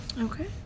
okay